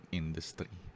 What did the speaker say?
industry